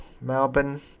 Melbourne